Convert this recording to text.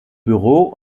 büro